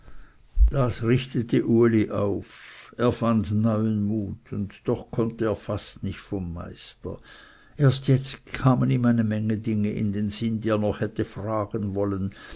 das richtete uli auf er fand neuen mut und doch konnte er fast nicht vom meister erst jetzt kamen ihm eine menge dinge in sinn die er noch hätte fragen sollen